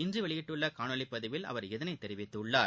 இன்று வெளியிட்டுள்ள காணொலிப் பதிவில் அவர் இதனைத் தெரிவித்துள்ளார்